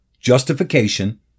justification